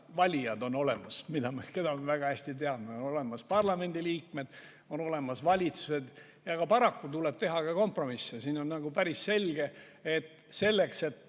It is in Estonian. valijad, nagu me väga hästi teame, on olemas parlamendiliikmed ja on olemas valitsused. Paraku tuleb teha ka kompromisse. On päris selge, et selleks, et